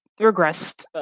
regressed